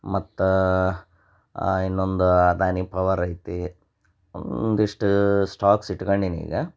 ಮತ್ತು ಇನ್ನೊಂದು ಅದಾನಿ ಪವರ್ ಐತಿ ಒಂದಿಷ್ಟು ಸ್ಟಾಕ್ಸ್ ಇಟ್ಕೊಂಡೀನೀಗ